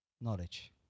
knowledge